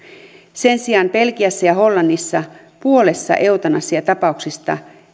sen sijaan belgiassa ja hollannissa puolessa eutanasiatapauksista